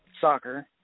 soccer